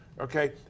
Okay